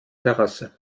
terrasse